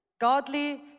godly